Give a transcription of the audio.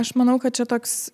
aš manau kad čia toks